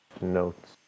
Notes